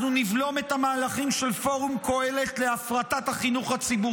אנחנו נבלום את המהלכים של פורום קהלת להפרטת החינוך הציבורי,